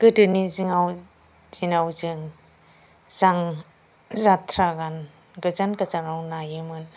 गोदोनि दिनाव जों जाथ्रा गान गोजान गोजानाव नायोमोन